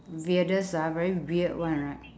weirdest ah very weird one right